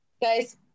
guys